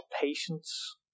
patience